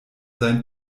sein